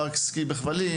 פארק סקי בכבלים,